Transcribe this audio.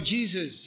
Jesus